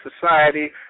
society